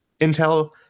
Intel